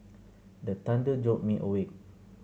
the thunder jolt me awake